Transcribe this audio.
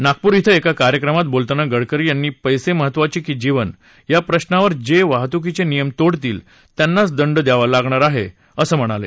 नागपूर कें एका कार्यक्रमात बोलताना गडकरी यांनी पैसे महत्वाचे की जीवन या प्रश्नावर जे वाहतुकीचे नियम तोडतील त्यांनाच दंड द्यावा लागणार आहे असं ते म्हणाले